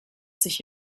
sich